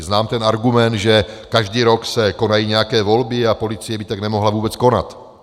Znám ten argument, že každý rok se konají nějaké volby a policie by tak nemohla vůbec konat.